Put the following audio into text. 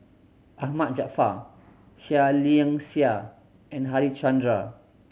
Ahmad Jaafar Seah Liang Seah and Harichandra